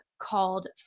called